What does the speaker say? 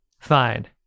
fine